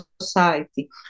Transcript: society